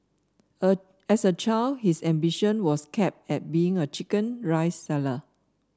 as as a child his ambition was capped at being a chicken rice seller